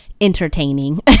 entertaining